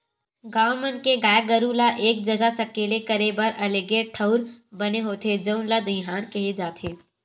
गाँव मन के गाय गरू ल एक जघा सकेला करे बर अलगे ठउर बने होथे जउन ल दईहान केहे जाथे